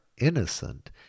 innocent